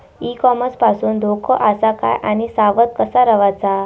E commerce पासून धोको आसा काय आणि सावध कसा रवाचा?